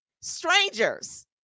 strangers